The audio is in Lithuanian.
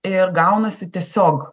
ir gaunasi tiesiog